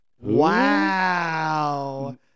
Wow